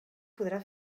podrà